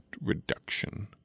reduction